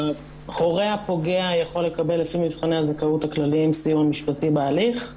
ההורה הפוגע יכול לקבל לפי מבחני הזכאות הכלליים סיוע משפטי בהליך.